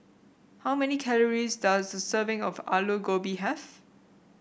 how many calories does a serving of Aloo Gobi have